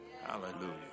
Hallelujah